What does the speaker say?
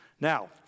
Now